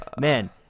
Man